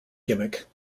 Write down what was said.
gimmick